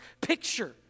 picture